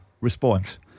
response